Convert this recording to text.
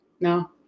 no